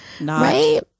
Right